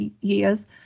years